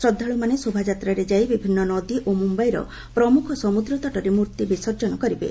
ଶ୍ରଦ୍ଧାଳୁମାନେ ଶୋଭାଯାତ୍ରାରେ ଯାଇ ବିଭିନ୍ନ ନଦୀ ଓ ମୁମ୍ବାଇର ପ୍ରମୁଖ ସମୁଦ୍ର ତଟରେ ମୂର୍ତ୍ତି ବିସର୍ଜନ କରିବେ